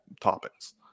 topics